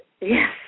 Yes